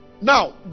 Now